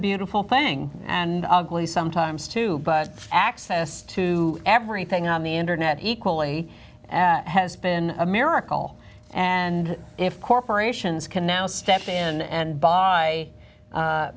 beautiful thing and ugly sometimes too but access to everything on the internet equally has been a miracle and if corporations can now step in and buy